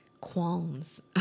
qualms